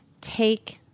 take